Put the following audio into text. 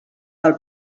del